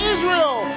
Israel